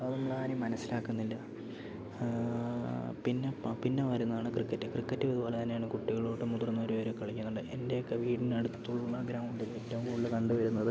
അതൊന്നും ആരും മനസ്സിലാക്കുന്നില്ല പിന്നെ ഇപ്പം പിന്നെ വരുന്നതാണ് ക്രിക്കറ്റ് ക്രിക്കറ്റ് ഇതുപോലെ തന്നെയാണ് കുട്ടികള് തൊട്ട് മുതിർന്നവര് വരെ കളിക്കുന്നുണ്ട് എൻ്റേക്കെ വീടിനടുത്തുള്ള ഗ്രൗണ്ടിലേറ്റവും കൂടുതല് കണ്ടുവരുന്നത്